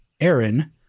Aaron